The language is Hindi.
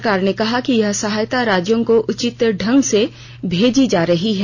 सरकार ने कहा कि यह सहायता राज्यों को उचित ढंग से भेजी जा रही है